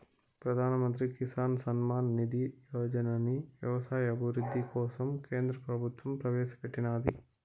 ప్రధాన్ మంత్రి కిసాన్ సమ్మాన్ నిధి యోజనని వ్యవసాయ అభివృద్ధి కోసం కేంద్ర ప్రభుత్వం ప్రవేశాపెట్టినాది